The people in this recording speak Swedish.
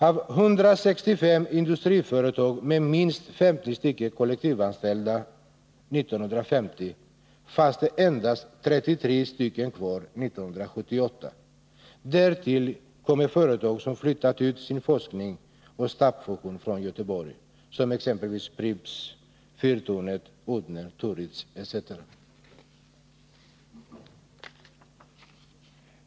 Av 165 industriföretag med minst 50 kollektivanställda 1950 fanns det endast 33 kvar 1978. Därtill kommer att företag flyttat ut sin forskning och stabsfunktion från Göteborg, exempelvis Pripps, Abba, Fyrtornet, Odhner och Turitz.